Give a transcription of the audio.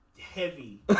heavy